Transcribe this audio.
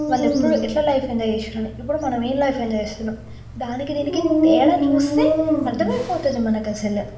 వాళ్ళు ఎప్పుడు ఎట్లా లైఫ్ ఎంజాయ్ చేసిర్రు అని ఇప్పుడు మనం ఏం లైఫ్ ఎంజాయ్ చేస్తున్నాం దానికి దీనికి తేడా చూస్తే అర్థమయిపోతుంది మనకు అసలు